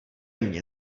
mně